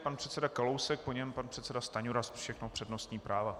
Pan předseda Kalousek, po něm pan předseda Stanjura, všechno přednostní práva.